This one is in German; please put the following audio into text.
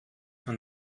man